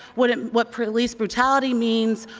what and what police brutality means.